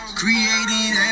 created